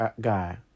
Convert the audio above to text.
guy